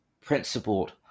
principled